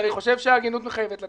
אני חושב שההגינות מחייבת לנמק.